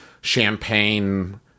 champagne